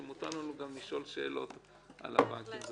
שמותר לנו גם לשאול שאלות על הבנקים.